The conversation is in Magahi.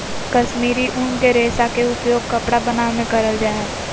कश्मीरी उन के रेशा के उपयोग कपड़ा बनावे मे करल जा हय